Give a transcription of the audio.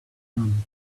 done